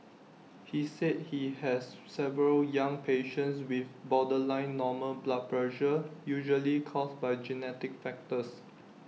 he said he has several young patients with borderline normal blood pressure usually caused by genetic factors